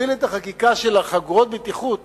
לומר שהיתה לי הזכות להוביל את החקיקה של חגורות הבטיחות